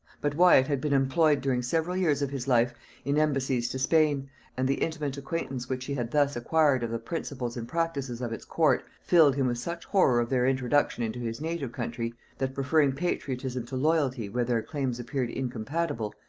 but wyat had been employed during several years of his life in embassies to spain and the intimate acquaintance which he had thus acquired of the principles and practices of its court, filled him with such horror of their introduction into his native country, that, preferring patriotism to loyalty where their claims appeared incompatible,